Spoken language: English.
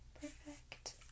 Perfect